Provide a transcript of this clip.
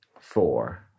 four